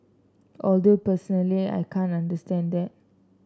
although personally I can't understand that